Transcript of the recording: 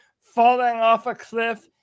falling-off-a-cliff